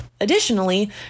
Additionally